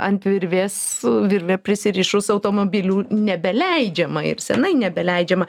ant virvės virve prisirišus automobilių nebeleidžiama ir senai nebeleidžiama